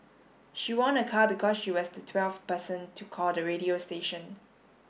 she won a car because she was the twelfth person to call the radio station